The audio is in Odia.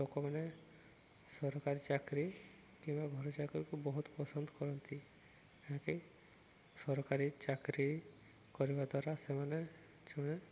ଲୋକମାନେ ସରକାରୀ ଚାକିରୀର କିମ୍ବା ଘର ଚାକିରୀକୁ ବହୁତ ପସନ୍ଦ କରନ୍ତି ଯାହାକି ସରକାରୀ ଚାକିରୀ କରିବା ଦ୍ୱାରା ସେମାନେ ଜଣେ